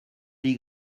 dix